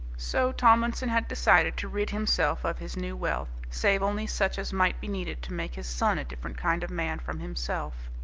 so tomlinson had decided to rid himself of his new wealth, save only such as might be needed to make his son a different kind of man from himself.